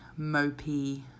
mopey